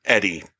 Eddie